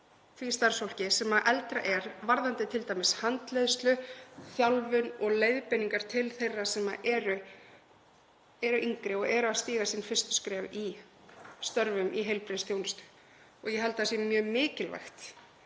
því starfsfólki sem eldra er, varðandi t.d. handleiðslu, þjálfun og leiðbeiningar til þeirra sem eru yngri og eru að stíga sín fyrstu skref í störfum í heilbrigðisþjónustunni. Ég held að það sé mjög mikilvægt